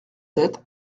sept